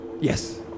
Yes